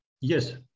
Yes